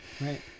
Right